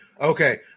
okay